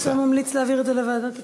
האם אתה ממליץ להעביר את זה לוועדת הכספים?